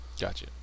Gotcha